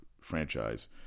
franchise